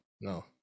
no